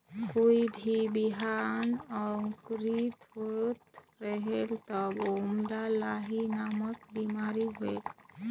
कोई भी बिहान अंकुरित होत रेहेल तब ओमा लाही नामक बिमारी होयल?